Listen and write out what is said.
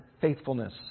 faithfulness